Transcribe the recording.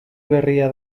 berria